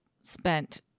spent